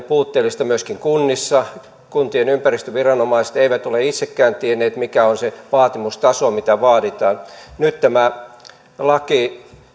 puutteellista myöskin kunnissa kuntien ympäristöviranomaiset eivät ole itsekään tienneet mikä on se vaatimustaso mitä vaaditaan nyt tämä laki